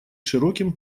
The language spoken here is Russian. широким